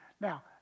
now